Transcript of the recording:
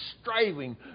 striving